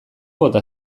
bota